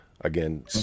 Again